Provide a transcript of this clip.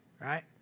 right